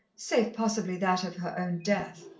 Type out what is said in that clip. save possibly that of her own death,